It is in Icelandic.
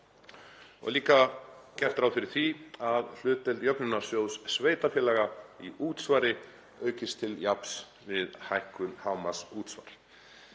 er líka gert ráð fyrir því að hlutdeild Jöfnunarsjóðs sveitarfélaga í útsvari aukist til jafns við hækkun hámarksútsvars.